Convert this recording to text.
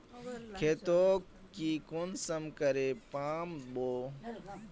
खेतोक ती कुंसम करे माप बो?